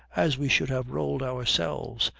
as we should have rolled ourselves,